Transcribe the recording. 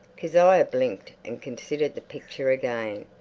kezia blinked and considered the picture again.